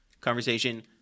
conversation